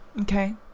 okay